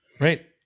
Right